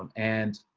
and